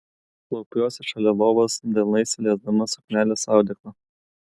klaupiuosi šalia lovos delnais liesdama suknelės audeklą